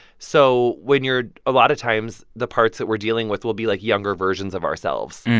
so when you're a lot of times, the parts that we're dealing with will be, like, younger versions of ourselves.